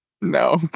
no